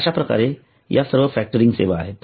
अश्याप्रकारे या सर्व फॅक्टरिंग सेवा आहेत